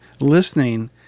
listening